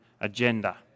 agenda